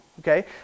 Okay